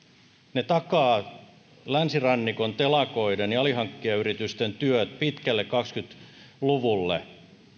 ne takaavat länsirannikon telakoiden ja alihankkijayritysten työt pitkälle kaksikymmentä luvulle